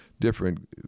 different